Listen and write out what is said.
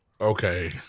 Okay